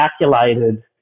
calculated